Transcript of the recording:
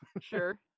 sure